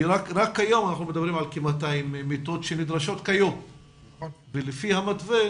כי רק היום אנחנו מדברים על כ-200 מיטות שנדרשות כיום ולפי המתווה